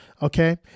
Okay